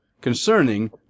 concerning